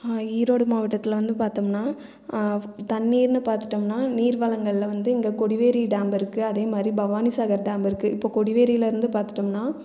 ஈரோடு மாவட்டத்தில் வந்து பார்த்தோம்னா தண்ணீர்ன்னு பார்த்துட்டம்னா நீர் வளங்களில் வந்து இங்கே கொடிவேரி டேம் இருக்கு அதேமாதிரி பவானிசாகர் டேம் இருக்கு இப்போ கொடிவேரியில இருந்து பார்த்துடம்னா